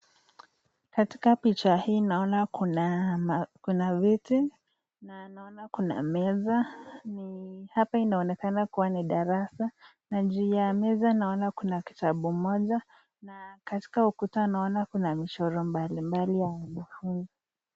Katika picha hii naona kuna viti na naona kuna meza. Hapa inaonekana kuwa ni darasa na juu ya meza naona kuna kitabu moja na katika ukuta naona kuna michoro mbalimbali ya wanafuzi.